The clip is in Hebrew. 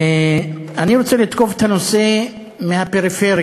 אני רוצה לתקוף את הנושא מהפריפריה,